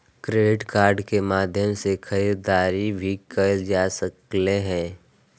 credit card के माध्यम से खरीदारी भी कायल जा सकले हें